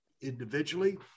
individually